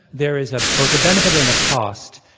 there is ah both a benefit and a cost.